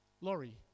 Laurie